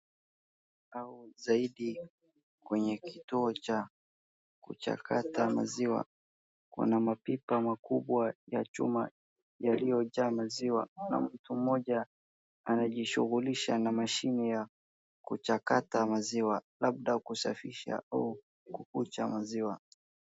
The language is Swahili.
Au zaidi kwenye kituo cha kuchakata maziwa, kuna mapipa makubwa ya chuma yaliyojaa maziwa na mtu mmoja anajishughulisha na mashini ya kuchakata maziwa, labda kusafisha au kuucha maziwa.